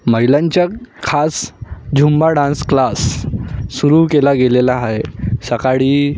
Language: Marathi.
महिलांच्या खास झुंबा डान्स क्लास सुरू केला गेलेला आहे सकाळी